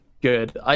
good